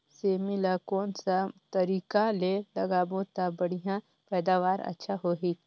सेमी ला कोन सा तरीका ले लगाबो ता बढ़िया पैदावार अच्छा होही?